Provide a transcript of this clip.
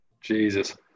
Jesus